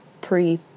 pre